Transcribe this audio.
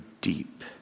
deep